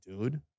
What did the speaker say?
dude